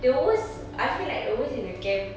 the worst I feel like the worst is the camp